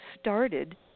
started